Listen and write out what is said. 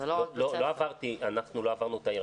פ': אנחנו לא עברנו עיר.